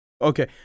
Okay